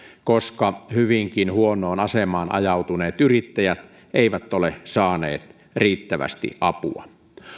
koska hyvinkin huonoon asemaan ajautuneet yrittäjät eivät ole saaneet riittävästi apua